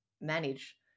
manage